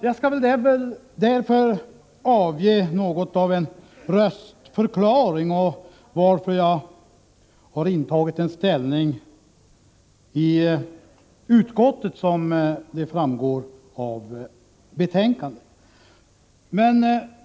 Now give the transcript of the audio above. Jag skall därför avge något av en röstförklaring när det gäller varför jag i utskottet har tagit ställning på det sätt som framgår av betänkandet.